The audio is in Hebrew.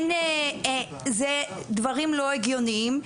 זה דברים לא הגיוניים.